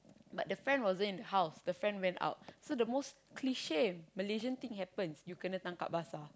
but the friend wasn't in the house the friend went out so the most cliche and most Malaysian thing happens you kena tangkap basah